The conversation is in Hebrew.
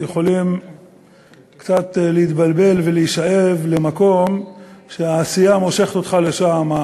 קצת להתבלבל ולהישאב למקום שהעשייה מושכת אותך לשם,